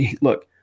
Look